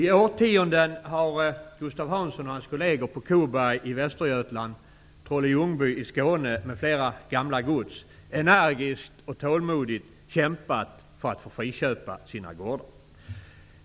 I årtionden har Gustav Hansson och hans kolleger på Koberg i Västergötland, Trolle-Ljungby i Skåne m.fl. gamla gods energiskt och tålmodigt kämpat för att få friköpa sina gårdar.